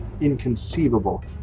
inconceivable